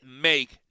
make